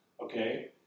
okay